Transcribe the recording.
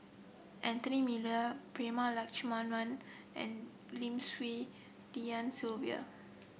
Anthony Miller Prema Letchumanan and Lim Swee Lian Sylvia